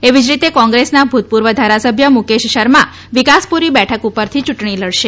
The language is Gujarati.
એવી જ રીતે કોંગ્રેસના ભૂતપૂર્વ ધારાસભ્ય મુકેશ શર્મા વિકાસપુરી બેઠક પરથી ચૂંટણી લડશે